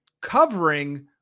covering